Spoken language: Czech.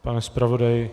Pane zpravodaji.